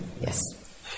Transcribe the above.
Yes